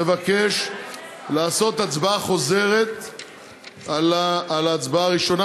אבקש הצבעה חוזרת על ההצעה הראשונה,